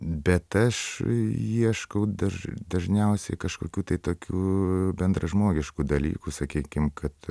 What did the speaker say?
bet aš ieškau daž dažniausiai kažkokių tai tokių bendražmogiškų dalykų sakykim kad